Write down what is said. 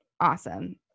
Awesome